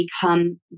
become